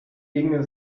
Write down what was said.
inge